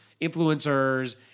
influencers